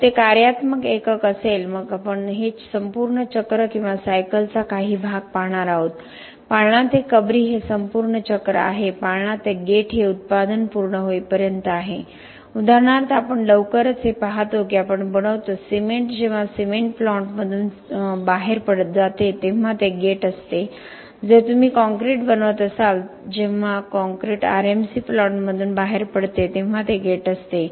तर ते कार्यात्मक एकक असेल मग आपण हे संपूर्ण चक्र किंवा सायकलचा काही भाग पाहणार आहोत पाळणा ते कबरी हे संपूर्ण चक्र आहे पाळणा ते गेट हे उत्पादन पूर्ण होईपर्यंत आहे उदाहरणार्थ आपण लवकरच हे पाहतो की आपण बनवतो सिमेंट जेव्हा सिमेंट प्लांटमधून सिमेंट बाहेर जाते तेव्हा ते गेट असते जर तुम्ही कॉंक्रिट बनवत असाल जेव्हा कॉंक्रिट RMC प्लांटमधून बाहेर पडते तेव्हा ते गेट असते